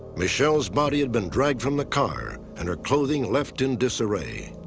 michelle's body had been dragged from the car and her clothing left in disarray.